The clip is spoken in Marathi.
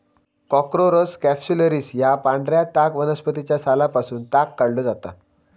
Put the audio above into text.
कॉर्कोरस कॅप्सुलरिस या पांढऱ्या ताग वनस्पतीच्या सालापासून ताग काढलो जाता